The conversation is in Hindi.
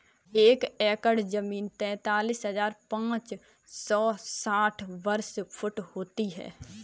एक एकड़ जमीन तैंतालीस हजार पांच सौ साठ वर्ग फुट होती है